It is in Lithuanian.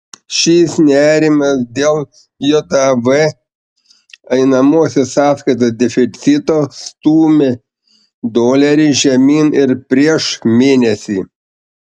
šis nerimas dėl jav einamosios sąskaitos deficito stūmė dolerį žemyn ir prieš mėnesį